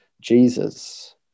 Jesus